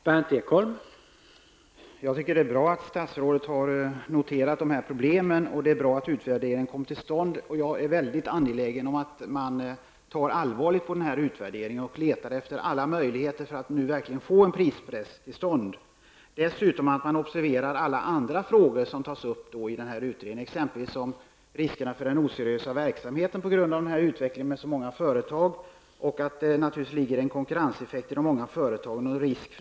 Herr talman! Det är bra att statsrådet har noterat dessa problem och att en utvärdering kommer till stånd. Jag är mycket angelägen om att man tar allvarligt på denna utvärdering och letar efter alla möjligheter att verkligen få en prispress till stånd. Man måste dessutom observera alla andra frågor som tagits upp i transportrådets utredning, t.ex. risken för oseriös verksamhet i och med den utveckling som lett till så många företag. Den hårda konkurrensen mellan företagen innebär att det finns en risk för fusk.